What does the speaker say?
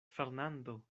fernando